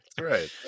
right